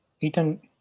Ethan